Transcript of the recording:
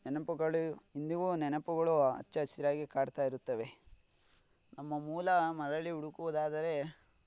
ನೆನಪುಗಳು ಇಂದಿಗೂ ನೆನಪುಗಳು ಹಚ್ಚ ಹಸಿರಾಗಿ ಕಾಡ್ತಾ ಇರುತ್ತವೆ ನಮ್ಮ ಮೂಲ ಮರಳಿ ಹುಡುಕುವುದಾದರೆ